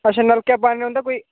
अच्छा नलके पानी नेईं औंदा कोई